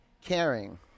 caring